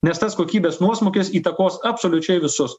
nes tas kokybės nuosmukis įtakos absoliučiai visus